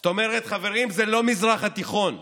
זאת אומרת, חברים, זה לא המזרח התיכון,